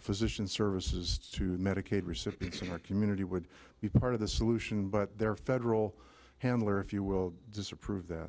physician services to medicaid recipients in our community would be part of the solution but their federal handler if you will disapprove that